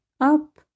Up